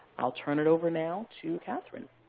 i'll turn it over now to kathryn